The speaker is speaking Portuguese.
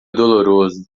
doloroso